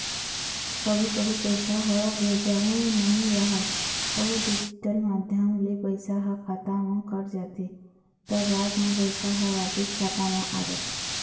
कभू कभू पइसा ह भेजाए नइ राहय अउ डिजिटल माध्यम ले पइसा ह खाता म कट जाथे त बाद म पइसा ह वापिस खाता म आ जाथे